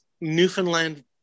Newfoundland